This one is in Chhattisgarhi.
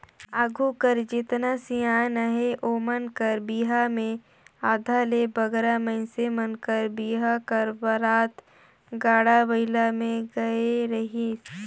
आघु कर जेतना सियान अहे ओमन कर बिहा मे आधा ले बगरा मइनसे मन कर बिहा कर बरात गाड़ा बइला मे गए रहिस